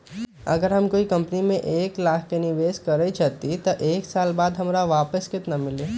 अगर हम कोई कंपनी में एक लाख के निवेस करईछी त एक साल बाद हमरा वापसी में केतना मिली?